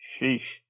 sheesh